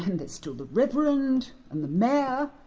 and there's still the reverend, and the mayor.